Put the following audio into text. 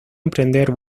emprender